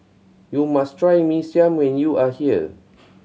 you must try Mee Siam when you are here